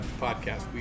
podcast